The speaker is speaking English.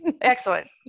Excellent